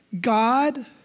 God